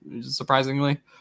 surprisingly